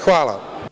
Hvala.